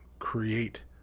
create